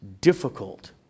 difficult